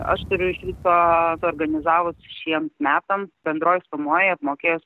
aš turiu iš viso suorganizavus šiems metams bendroj sumoj apmokėjus